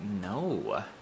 No